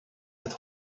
uit